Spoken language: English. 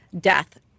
death